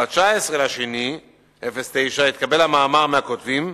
ב-19 בפברואר 2009 התקבל המאמר מהכותבים,